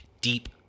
deep